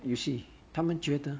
you see 他们觉得